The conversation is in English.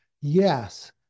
yes